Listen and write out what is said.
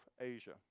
Asia